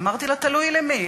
אמרתי לה: תלוי למי,